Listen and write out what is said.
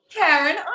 Karen